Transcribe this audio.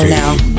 now